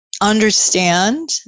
understand